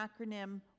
acronym